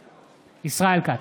בעד ישראל כץ,